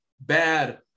bad